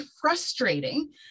frustrating